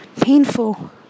painful